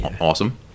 Awesome